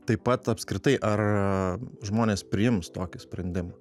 taip pat apskritai ar žmonės priims tokį sprendimą